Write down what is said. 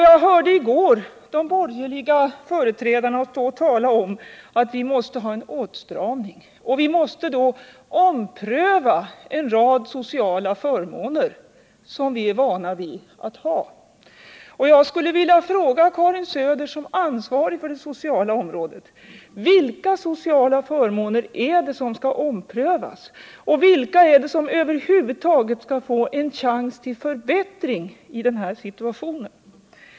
Jag hörde i går de borgerliga företrädarna stå och tala om att vi måste ha en åtstramning och att vi måste ompröva en rad sociala förmåner, som vi är vana vid att ha. Jag skulle vilja fråga Karin Söder såsom ansvarig för det sociala området: Vilka sociala förmåner är det som skall omprövas? Och vilka är det som över huvud taget skall få en chans till förbättring i den här situationen?